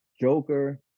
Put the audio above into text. Joker